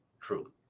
true